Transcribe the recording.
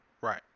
Right